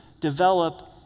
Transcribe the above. develop